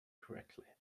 correctly